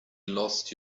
lost